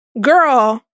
Girl